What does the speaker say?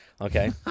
Okay